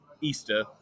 Easter